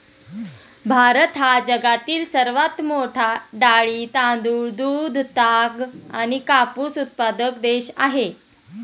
भारत हा जगातील सर्वात मोठा डाळी, तांदूळ, दूध, ताग आणि कापूस उत्पादक देश आहे